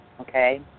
okay